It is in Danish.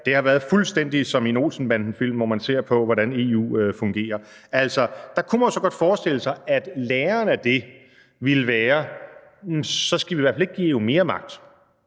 det, har været fuldstændig som i en Olsen-banden-film, når man ser på, hvordan EU fungerer. Man kunne måske godt forestille sig, at læren af det ville være, at vi så i hvert fald ikke skal give EU mere magt,